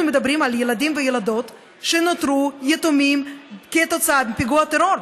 אנחנו מדברים על ילדים וילדות שנותרו יתומים כתוצאה מפיגוע הטרור,